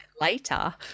later